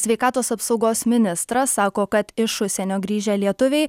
sveikatos apsaugos ministras sako kad iš užsienio grįžę lietuviai